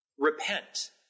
Repent